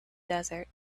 desert